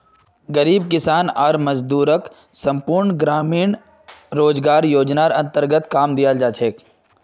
गरीब किसान आर मजदूरक संपूर्ण ग्रामीण रोजगार योजनार अन्तर्गत काम दियाल जा छेक